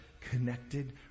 connected